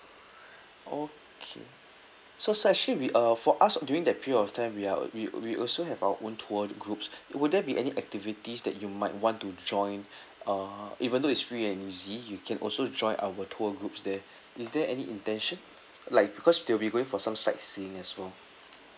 okay so it's actually we are for us during that period of time we are we we also have our own tour groups would there be any activities that you might want to join uh even though it's free and easy you can also join our tour groups there is there any intention like because they'll be going for some sightseeing as well